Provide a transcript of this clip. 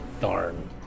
Darn